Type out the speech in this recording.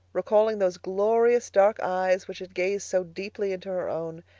recalling those glorious dark eyes which had gazed so deeply into her own,